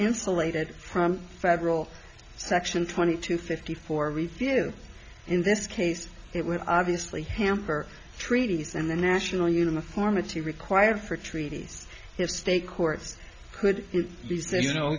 insulated from federal section twenty two fifty four refill in this case it would obviously hamper treaties and the national uniformity required for treaties if state courts could say you know